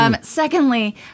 Secondly